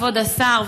כבוד השר,